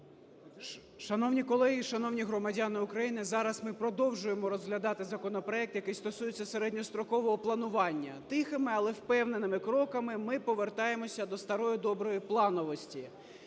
Шановні колеги, шановні громадяни України! Зараз ми продовжуємо розглядати законопроект, який стосується середньострокового планування. Тихими, але впевненими кроками ми повертаємося до старої доброї плановості.